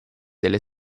delle